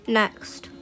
next